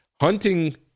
hunting